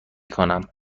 کنم